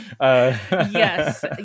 Yes